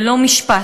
ללא משפט,